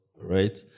right